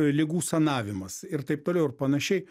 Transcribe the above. ligų sanavimas ir taip toliau ir panašiai